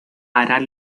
harán